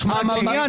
משיקולי היועץ המשפטי.